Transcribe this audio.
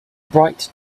bright